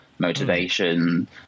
Motivation